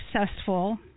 successful